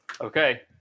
Okay